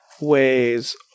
weighs